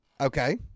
Okay